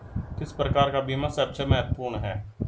किस प्रकार का बीमा सबसे महत्वपूर्ण है?